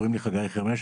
קוראים לי חגי חרמש,